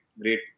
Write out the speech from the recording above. great